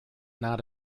not